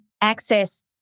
access